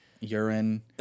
Urine